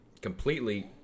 completely